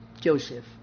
Joseph